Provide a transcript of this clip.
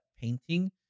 painting